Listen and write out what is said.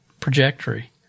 trajectory